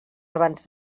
abans